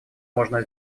можно